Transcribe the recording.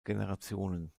generationen